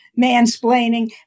mansplaining